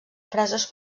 frases